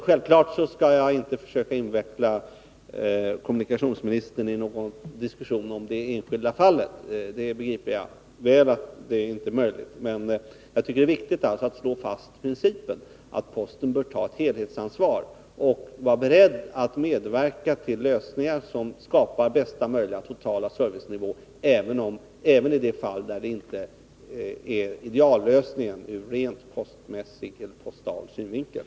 Självfallet vill jag inte dra in kommunikationsministern i någon diskussion om det enskilda fallet. Jag begriper mycket väl att det inte är möjligt. Men det är viktigt att principen slås fast att posten bör ta det totala ansvaret. Posten bör medverka till lösningar som skapar bästa möjliga service totalt sett — även service när det inte innebär en idealisk lösning ur postal synvinkel.